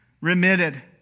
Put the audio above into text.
remitted